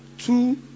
Two